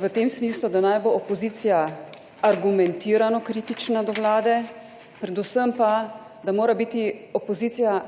v tem smislu, da naj bo opozicija argumentirano kritična do vlade, predvsem pa, da mora biti opozicija